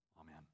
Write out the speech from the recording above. Amen